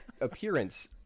Appearance